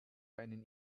einen